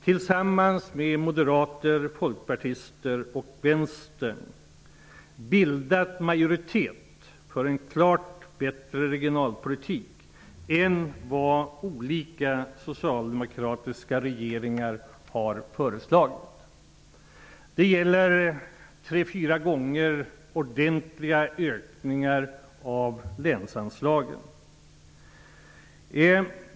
Tillsammans med moderater, folkpartister och vänsterpartister har jag ett antal gånger i denna kammare varit med och bildat majoritet för en klart bättre regionalpolitik än vad olika socialdemokratiska regeringar har föreslagit. Det har tre fyra gånger gällt ordentliga ökningar av länsanslagen.